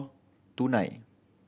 two nine